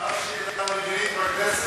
אין שום שאלה מדינית בכנסת?